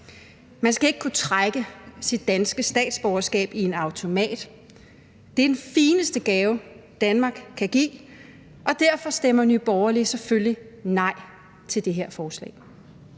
Man skal ikke kunne trække sit danske statsborgerskab i en automat. Det er den fineste gave, Danmark kan give, og derfor stemmer Nye Borgerlige selvfølgelig imod det her forslag.